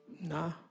Nah